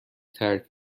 ترک